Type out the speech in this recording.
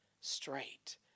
straight